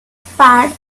spade